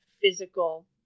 physical